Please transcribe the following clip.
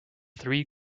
three